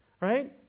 Right